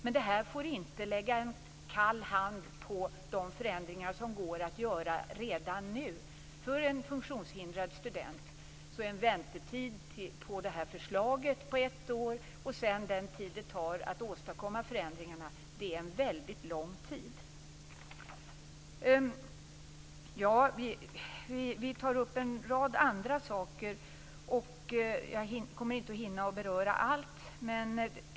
Men detta får inte så att säga lägga en kall hand på de förändringar som det går att göra redan nu. För en funktionshindrad student är en väntetid på ett år när det gäller det här förslaget och den tid som det sedan tar att åstadkomma förändringarna en väldigt lång tid. Vi tar upp en rad andra saker men jag kommer inte att hinna beröra alla.